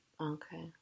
Okay